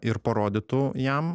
ir parodytų jam